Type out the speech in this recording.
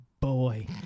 boy